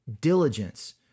diligence